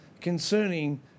concerning